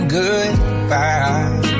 goodbye